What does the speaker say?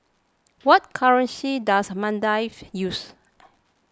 what currency does Maldives use